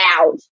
out